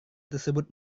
tersebut